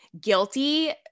guilty